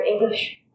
English